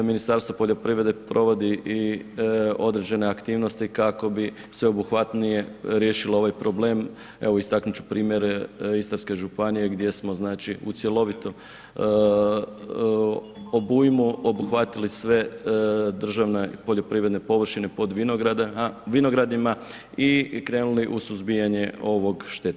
Ministarstvo poljoprivrede provodi i određene aktivnosti kako bi sveobuhvatnije riješilo ovaj problem, evo istaknut ću primjer Istarske županije gdje smo znači u cjelovitom obujmu obuhvatili sva državna i poljoprivredne površine pod vinogradima i krenuli u suzbijanje ovog štetnika.